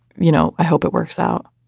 you know i hope it works out